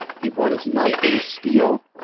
he brought his knife and his steel.